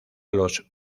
los